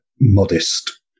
modest